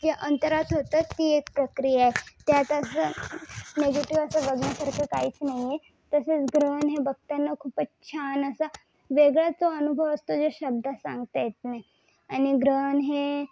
हे अंतराळात होतं ती एक प्रक्रिया आहे निगेटिव्ह तर बघण्यासारखं काहीच नाही आहे तसेच ग्रहण हे बघताना खूपच छान असं वेगळा तो अनुभव असतो जो शब्दात सांगता येत नाही आणि ग्रहण हे